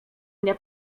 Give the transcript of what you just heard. mnie